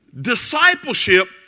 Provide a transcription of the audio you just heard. Discipleship